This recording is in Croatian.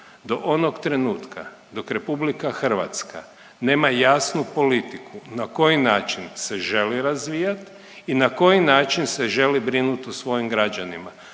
do onog trenutka dok RH nema jasnu politiku na koji način se želi razvijati i na koji način se želi brinuti o svojim građanima.